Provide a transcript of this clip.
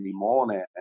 Limone